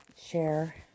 share